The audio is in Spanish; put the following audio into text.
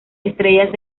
estrellas